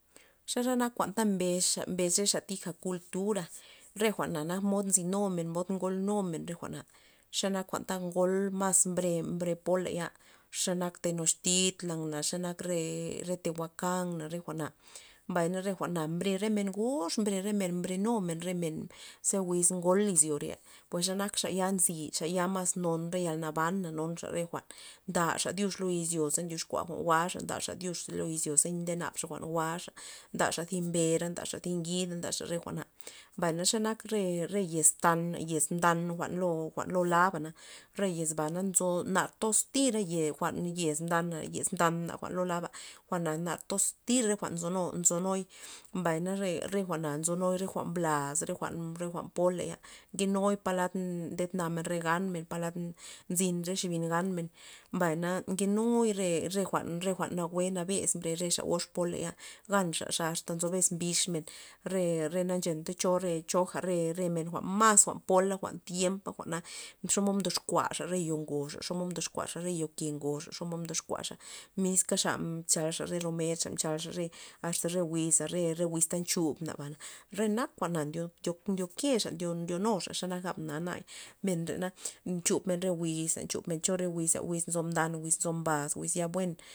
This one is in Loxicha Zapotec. Xanak jwa'n ta mbesxa mbes rexa tija kultura re jwa'na mod nzynumen xomod ngolel numen re jwa'na xe nak jwa'n ta ngol mas bre bre poley a xanak tenoxtitlan xanak re re tehuakan re jwa'na mbay re jwa'na mbre re men ngox mbre remen mbrenumen mbre numen re men ze wiz ngol izyore pues xenak xa ya zye xa ya mas non re yal nabana non re xa jwa'n ndaxa dyux lo izyo ze ndoxkua jwa'n ndaza ndaxa dyux lo izyo ze nde nabxa jwa'n jwa'xa nda thi mber ndaxa thi ngida ndaxa re jwa'na mbay xe nka re- re yez tan yez mdan jwa'n loo laba na re yez ba na nzo na toxtirey re yez mdana leyez mdan jwa'n loo laba jwa'na nar toztir jwa'n nzo nun nzonuy mbay na re jwa'na nzonuy nzoyre jwa'n mblas re jwa'n poley nkenuy palad nde namen re ganmen palad nzyn re xa nzyn ganmen mbay na nkenuy re re jwa'n nawue nabes mbrez xa re xa goz poley ganza asta nzo bixmen re- re na nchenta choja re remen jwa'n mas jwa'n pola tiempa jwa'na xomod mdoxkua re yo ngoxa xomod mdoxkuaxa re yo ke ngoxa xomod mdoxkuaxa miska xa chanlxa re romen xa mchalxa re asta re wiza re- re wiz ta nxo tubnanba renak jwa'na ndyo- ndyokexa ndyoxa gabana nanay men rena nchubmen re wiz nchubmen cho re wiz nzo mdan nzo baz wiz ya buen